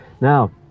Now